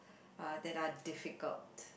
uh that are difficult